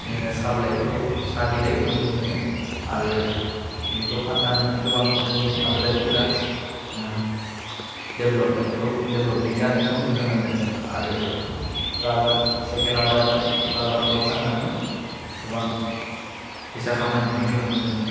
जोङो साब्लाइखौ साहा बिलाइखौ नुनो मोनो आरो बेखौ फान्नानैनो गोबां जोंनि आबादारिफोरा डेभेलबमेनखौ डेभेलबमेन जानायखौ नुनो मोनदों आरो राबार सेकेन्टआव राबार राबारखौ फानानै गोबां फैसा खामायनायखौ नुनो मोनदों